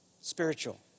spiritual